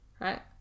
Right